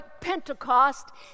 Pentecost